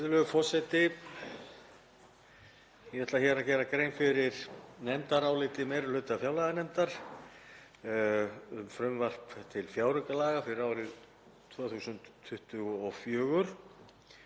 Virðulegur forseti. Ég ætla að gera grein fyrir nefndaráliti meiri hluta fjárlaganefndar um frumvarp til fjáraukalaga fyrir árið 2024.